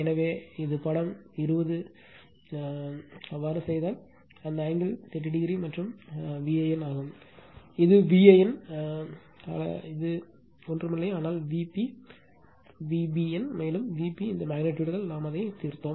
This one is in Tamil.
எனவே இது படம் 20 ஒன்றாகும் அவ்வாறு செய்தால் இந்த ஆங்கிள் 30o மற்றும் Van ஆகும் இது Van அழைப்பது ஒன்றுமில்லை ஆனால் Vp Vbn மேலும் Vp இந்த மெக்னிட்யூடுகள் நாம் அதை தீர்த்தோம்